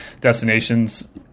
destinations